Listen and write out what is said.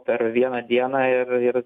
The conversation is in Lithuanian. per vieną dieną ir ir